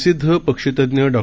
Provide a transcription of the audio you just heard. प्रसिद्ध पक्षीतज्ञ डॉ